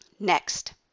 next